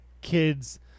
kids